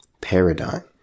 paradigm